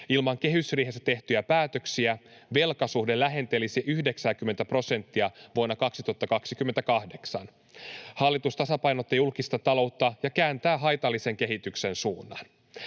Ilman kehysriihessä tehtyjä päätöksiä velkasuhde lähentelisi 90:tä prosenttia vuonna 2028. Hallitus tasapainotti julkista taloutta ja kääntää haitallisen kehityksen suunnan.